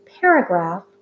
paragraph